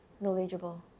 knowledgeable